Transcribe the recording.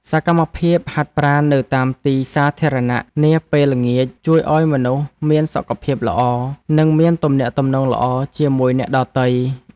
សកម្មភាពហាត់ប្រាណនៅតាមទីសាធារណៈនាពេលល្ងាចជួយឱ្យមនុស្សមានសុខភាពល្អ និងមានទំនាក់ទំនងល្អជាមួយអ្នកដទៃ។